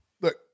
look